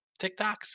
TikToks